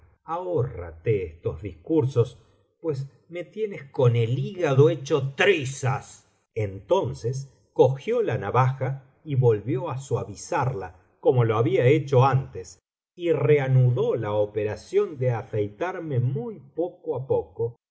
ahórrame estos discursos pues me tienes con el hígado hecho trizas entonces cogió la navaja y volvió á suavizarla como lo había hecho antes y reanudó la operación de afeitarme muy poco á poco